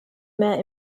mehr